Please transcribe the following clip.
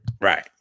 Right